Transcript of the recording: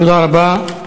תודה רבה.